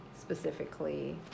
specifically